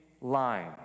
line